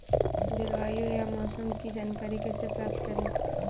जलवायु या मौसम की जानकारी कैसे प्राप्त करें?